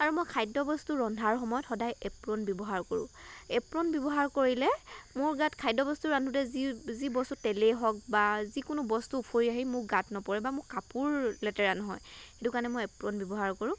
আৰু মই খাদ্য বস্তু ৰন্ধাৰ সময়ত সদায় এপ্ৰন ব্যৱহাৰ কৰোঁ এপ্ৰন ব্যৱহাৰ কৰিলে মোৰ গাত খাদ্য বস্তু ৰান্ধোতে যি যি বস্তু তেলেই হওক বা যিকোনো বস্তু উফৰি আহি মোৰ গাত নপৰে বা মোৰ কাপোৰ লেতেৰা নহয় সেইটো কাৰণে মই এপ্ৰন ব্যৱহাৰ কৰোঁ